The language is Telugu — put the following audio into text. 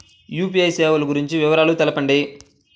యూ.పీ.ఐ సేవలు గురించి వివరాలు తెలుపండి?